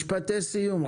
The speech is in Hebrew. משפטי סיום.